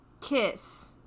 Kiss